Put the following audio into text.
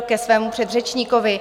Ke svému předřečníkovi.